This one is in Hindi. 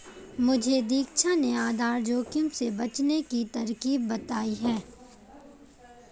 मुझे दीक्षा ने आधार जोखिम से बचने की तरकीब बताई है